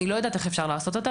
אני לא יודעת איך אפשר לעשות אותה.